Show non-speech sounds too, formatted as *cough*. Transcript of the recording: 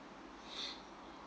*breath*